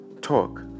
talk